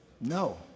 No